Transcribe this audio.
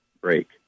break